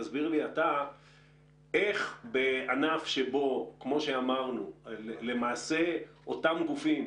תסביר לי אתה איך בענף שבו כמו שאמרנו למעשה אותם גופים,